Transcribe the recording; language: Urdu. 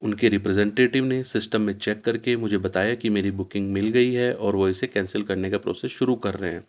ان کے ریپریزینٹیو نے سسٹم میں چیک کر کے مجھے بتایا کہ میری بکنگ مل گئی ہے اور وہ اسے کینسل کرنے کا پروسیس شروع کر رہے ہیں